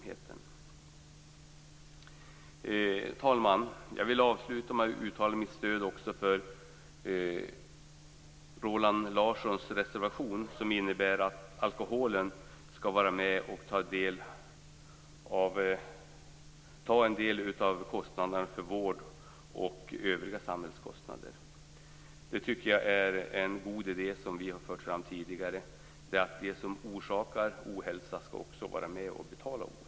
Herr talman! Jag vill avsluta mitt anförande med att uttala mitt stöd för Roland Larssons reservation, som innebär att alkoholen skall vara med och ta en del av kostnaderna för vård och övriga samhällskostnader. Det tycker jag är en god idé, som också Miljöpartiet har fört fram tidigare: Det som orsakar ohälsa skall också vara med och betala den.